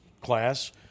class